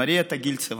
מריה טגילצ'ב,